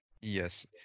Yes